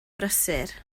brysur